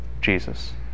Jesus